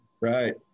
right